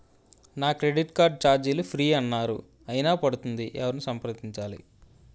నా credit card ఛార్జీలు free అన్నారు అయినా పడుతుంది ఎవరిని సంప్రదించాలి?